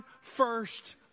first